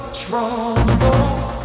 troubles